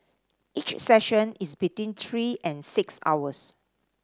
each session is between three and six hours